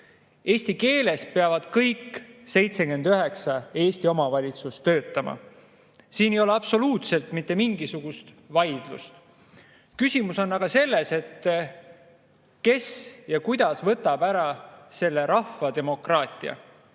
Eesti keeles peavad kõik 79 Eesti omavalitsust töötama. Siin ei ole absoluutselt mitte mingisugust vaidlust. Küsimus on aga selles, kes ja kuidas võtab ära selle rahva demokraatia.